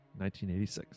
1986